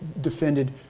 defended